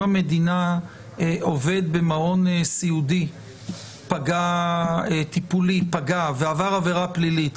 אם עובד במעון טיפולי פגע ועבר עבירה פלילית,